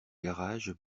garage